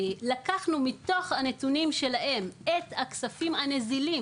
לקחנו מתוך הנתונים שלהם את הכספים הנזילים